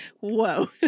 whoa